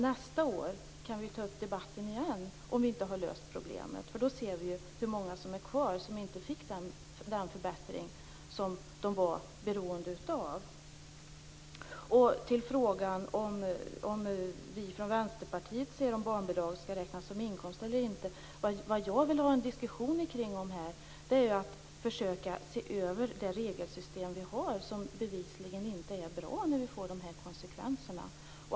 Nästa år kan vi ta upp debatten igen om vi inte har löst problemet. Då ser vi ju hur många som är kvar och som inte fick den förbättring som de var beroende av. Så till frågan om vi i Vänsterpartiet tycker att barnbidraget skall räknas som inkomst eller inte. Vad jag vill ha är en diskussion om frågan hur vi skall försöka se över det regelsystem vi har. Det är ju bevisligen inte bra när det får de här konsekvenserna.